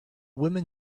women